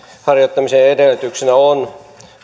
harjoittamisen edellytyksenä on